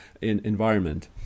Environment